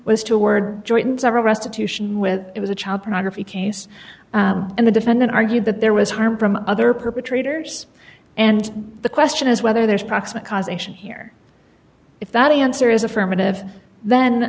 was toward joined several restitution with it was a child pornography case and the defendant argued that there was harm from other perpetrators and the question is whether there's proximate cause ation here if that answer is affirmative then